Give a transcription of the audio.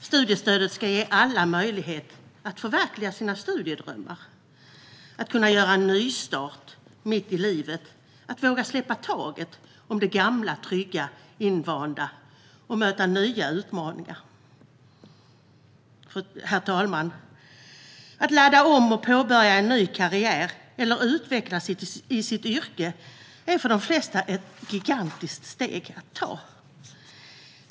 Studiestödet ska ge alla möjlighet att förverkliga sina studiedrömmar, att kunna göra en nystart mitt i livet, att våga släppa taget om det gamla, trygga, invanda och möta nya utmaningar. Herr talman! Att ladda om och påbörja en ny karriär eller utvecklas i sitt yrke är för det flesta ett gigantiskt steg att ta.